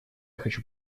хочу